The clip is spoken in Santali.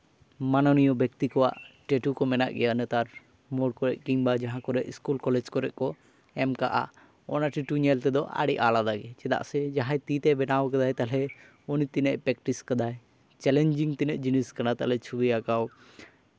ᱢᱟᱱᱚᱱᱤᱭᱚ ᱵᱮᱠᱛᱤ ᱠᱚᱣᱟᱜ ᱴᱮᱴᱩ ᱠᱚ ᱢᱮᱱᱟᱜ ᱜᱮᱭᱟ ᱱᱮᱛᱟᱨ ᱢᱩᱲ ᱠᱚᱨᱮᱜ ᱠᱤᱢᱵᱟ ᱡᱟᱦᱟᱸ ᱠᱚᱨᱮᱜ ᱤᱥᱠᱩᱞ ᱠᱚᱞᱮᱡᱽ ᱠᱚᱨᱮᱜ ᱠᱚ ᱮᱢ ᱠᱟᱜᱼᱟ ᱚᱱᱟ ᱴᱮᱴᱩ ᱧᱮᱞ ᱛᱮᱫᱚ ᱟᱹᱰᱤ ᱟᱞᱟᱫᱟ ᱜᱮᱭᱟ ᱪᱮᱫᱟᱜ ᱥᱮ ᱡᱟᱦᱟᱸᱭ ᱛᱤ ᱛᱮ ᱵᱮᱱᱟᱣ ᱠᱟᱫᱟᱭ ᱛᱟᱦᱞᱮ ᱩᱱᱤ ᱛᱤᱱᱟᱹᱜ ᱯᱨᱮᱠᱴᱤᱥ ᱠᱟᱫᱟᱭ ᱪᱮᱞᱮᱧᱡᱤᱝ ᱛᱤᱱᱟᱹᱜ ᱡᱤᱱᱤᱥ ᱠᱟᱱᱟ ᱛᱟᱦᱞᱮ ᱪᱷᱚᱵᱤ ᱟᱸᱠᱟᱣ